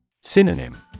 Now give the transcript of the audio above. Synonym